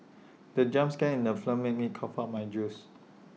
the jump scare in the film made me cough out my juice